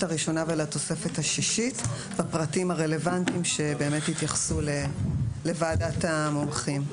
הראשונה ולתוספת השישית בפרטים הרלוונטיים שיתייחסו לוועדת המומחים.